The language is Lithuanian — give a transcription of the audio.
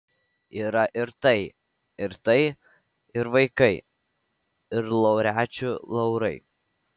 yra ir tai ir tai ir vaikai ir laureačių laurai